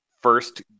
first